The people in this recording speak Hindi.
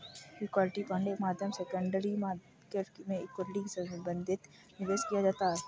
इक्विटी फण्ड के माध्यम से सेकेंडरी मार्केट में इक्विटी से संबंधित निवेश किया जाता है